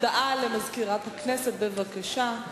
הודעה לסגנית מזכיר הכנסת, בבקשה.